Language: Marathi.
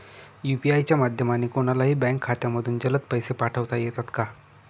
यू.पी.आय च्या माध्यमाने कोणलाही बँक खात्यामधून जलद पैसे पाठवता येतात का?